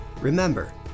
Remember